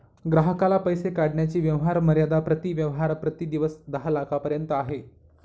ग्राहकाला पैसे काढण्याची व्यवहार मर्यादा प्रति व्यवहार प्रति दिवस दहा लाखांपर्यंत आहे